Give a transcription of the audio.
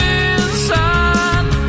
inside